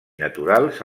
naturals